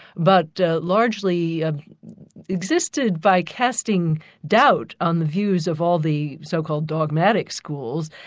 but largely ah existed by casting doubt on the views of all the so-called dogmatic schools,